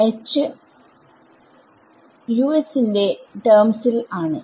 Us ന്റെ ടെർമ്സിൽ ആണ്